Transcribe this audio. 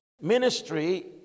ministry